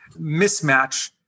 mismatch